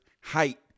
height